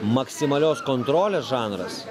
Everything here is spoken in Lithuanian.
maksimalios kontrolės žanras